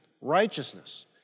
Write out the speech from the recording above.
righteousness